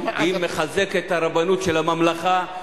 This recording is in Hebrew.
היא מחזקת את הרבנות של הממלכה.